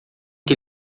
que